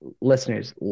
listeners